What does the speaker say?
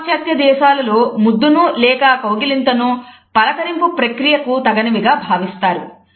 చాలా పాశ్చాత్య దేశాలలో ముద్దును లేదా కౌగిలింతనూ పలకరింపు ప్రక్రియకు తగనివిగా భావిస్తారు